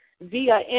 via